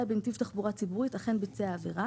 בנתיב תחבורה ציבורית אכן ביצע עבירה"